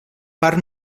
part